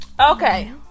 Okay